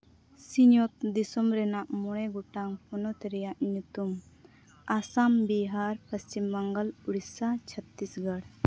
ᱥᱤᱧᱚᱛ ᱫᱤᱥᱚᱢ ᱨᱮᱭᱟᱜ ᱢᱚᱬᱮ ᱜᱚᱴᱟᱝ ᱯᱚᱱᱚᱛ ᱨᱮᱭᱟᱜ ᱧᱩᱛᱩᱢ ᱟᱥᱟᱢ ᱵᱤᱦᱟᱨ ᱯᱚᱥᱪᱤᱢᱵᱚᱝᱜᱚ ᱩᱲᱤᱥᱥᱟ ᱪᱷᱚᱛᱨᱤᱥᱜᱚᱲ